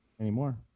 anymore